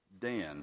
Dan